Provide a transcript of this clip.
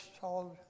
told